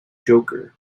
joker